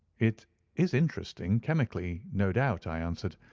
it is interesting, chemically, no doubt, i answered,